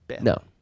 No